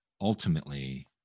ultimately